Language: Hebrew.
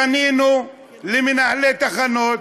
פנינו למנהלי תחנות,